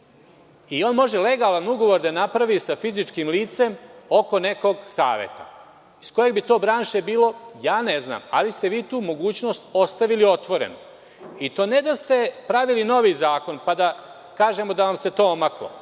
da napravi legalan ugovor sa fizičkim licem oko nekog saveta. Iz koje bi to branše bilo, ja to ne znam, ali ste vi tu mogućnost ostavili otvorenu i to ne samo da ste pravili novi zakon pa da kažemo da vam se to omaklo,